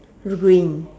green